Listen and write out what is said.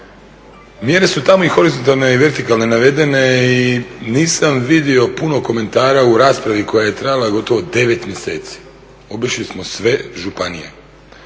Mjere su tamo i horizontalne i vertikalne navedene i nisam vidio puno komentara u raspravi koja je trajala gotovo 9 mjeseci. Obišli smo sve županije